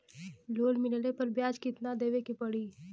Loan मिलले पर ब्याज कितनादेवे के पड़ी?